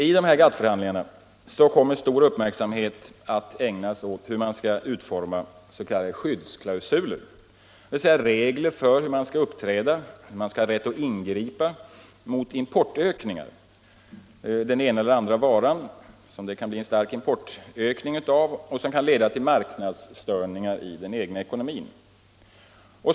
I GATT-förhandlingarna kommer stor uppmärksamhet att ägnas åt hur man skall utforma s.k. skyddsklausuler, dvs. regler för hur man skall ha rätt att ingripa mot importökningar när det gäller den ena eller andra varan som leder till marknadsstörningar i den egna ekonomin.